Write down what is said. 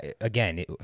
again